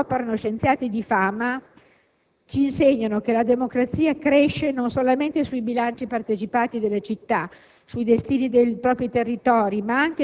I movimenti altermondialisti dove operano scienziati di fama internazionale ci insegnano che la democrazia cresce non solamente sui bilanci partecipati delle città,